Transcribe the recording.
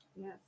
Yes